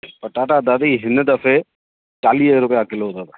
पटाटा दादी हिन दफ़े चालीह रुपया किलो अथव